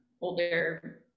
older